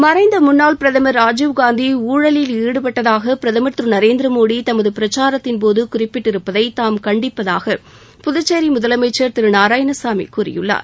மறைந்த முன்னாள் பிரதமர் ராஜீவ்காந்தி ஊழலில் ஈடுபட்டதாக பிரதமர் திரு நரேந்திர மோடி தமது பிரச்சாரத்தின்போது குறிப்பிட்டிருப்பதை தாம் கண்டிப்பதாக புதுச்சேரி முதலமைச்சர் திரு நாராயணசாமி கூறியுள்ளார்